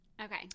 Okay